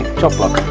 chop block.